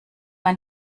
man